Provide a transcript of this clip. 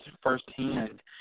firsthand